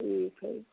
ठीक हइ